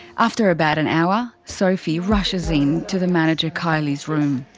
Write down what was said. after about an hour sophie rushes in to the manager kylie's room.